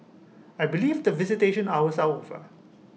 I believe that visitation hours are over